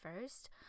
first